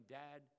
dad